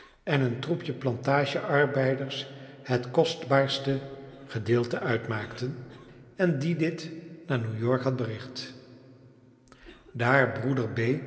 en een troepje plantage arbeiders het kostbaarste gedeelte uitmaakten en die dit naar new-york had bericht daar